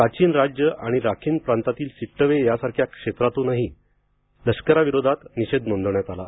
Kachin राज्य आणि Rakhine प्रांतातील सिट्टवे यासारख्या क्षेत्रांतूनही लष्कराविरोधात निषेध नोंदविण्यात आला